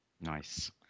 Nice